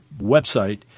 website